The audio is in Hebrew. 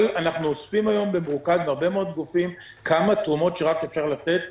אנחנו אוספים היום במרוכז מהרבה מאוד גופים כמה תרומות שרק אפשר לתת.